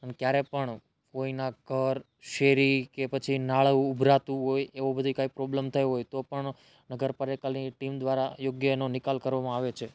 અને ક્યારે પણ કોઈનાક શેરી કે પછી નાડુ ઉભરાતું હોય એવો બધો કાઈ પ્રોબ્લમ થયો હોય તો પણ નગર પાલિકાની ટીમ દ્રારા યોગ્ય એનો નિકાલ કરવામાં આવે છે